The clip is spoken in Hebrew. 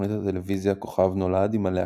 תוכנית הטלוויזיה "כוכב נולד" עם הלהקה,